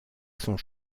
sont